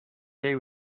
day